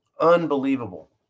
Unbelievable